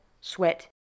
sweat